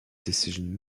decision